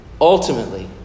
Ultimately